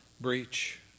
breach